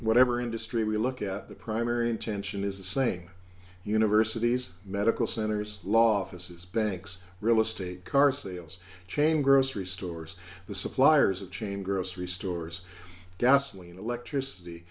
whatever industry we look at the primary intention is the same universities medical centers law offices banks real estate car sales chain grocery stores the suppliers of chain grocery stores gasoline electricity